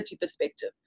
perspective